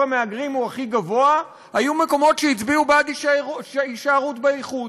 המהגרים הוא הכי גבוה היו מקומות שהצביעו בעד הישארות באיחוד.